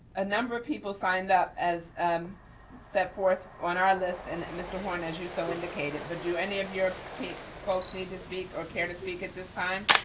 a number of people signed up as um set forth on our list, and mr. horn as you so indicated, but do any of your team folks need to speak or care to speak at this time?